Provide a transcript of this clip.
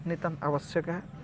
ନିତାନ୍ତ୍ ଆବଶ୍ୟକ୍ ହେ